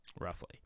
Roughly